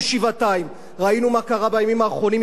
ראינו מה קרה בימים האחרונים עם המחאה החברתית.